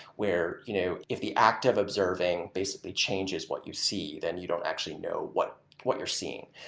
where you know if the act of observing, basically, changes what you see, then you don't actually know what what you're seeing.